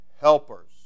helpers